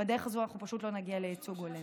ובדרך הזו אנחנו פשוט לא נגיע לייצוג הולם.